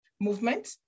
movement